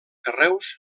carreus